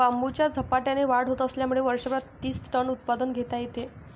बांबूची झपाट्याने वाढ होत असल्यामुळे वर्षभरात तीस टन उत्पादन घेता येते